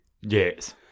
Yes